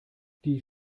die